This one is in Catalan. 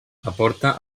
aporta